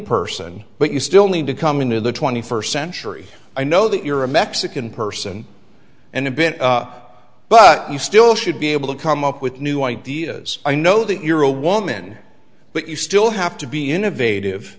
person but you still need to come into the twenty first century i know that you're a mexican person and have been but you still should be able to come up with new ideas i know that you're a woman but you still have to be innovative